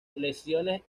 lesiones